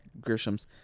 Grishams